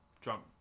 Drunk